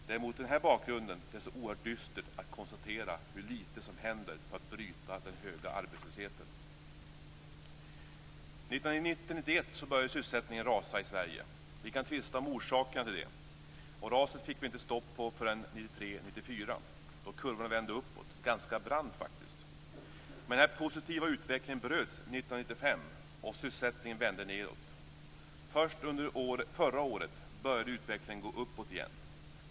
Det är mot den här bakgrunden oerhört dystert att konstatera hur lite som händer för att bryta den höga arbetslösheten. Åren 1990-1991 började sysselsättningen rasa i Sverige. Vi kan tvista om orsakerna till det. Raset fick vi inte stopp på förrän 1993-1994 då kurvorna vände uppåt - ganska brant. Men den här positiva utvecklingen bröts 1995 och sysselsättningen vände nedåt. Först under förra året började utvecklingen gå uppåt igen.